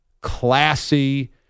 classy